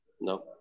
No